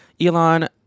elon